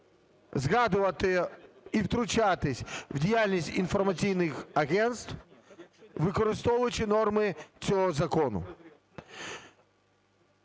згадувати і втручатись у діяльність інформаційних агентств, використовуючи норми цього закону.